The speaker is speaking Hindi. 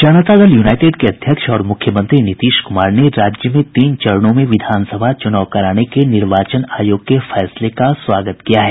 जनता दल यूनाइटेड के अध्यक्ष और मुख्यमंत्री नीतीश कुमार ने राज्य में तीन चरणों में विधानसभा चुनाव कराने के निर्वाचन आयोग के फैसले का स्वागत किया है